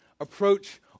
approach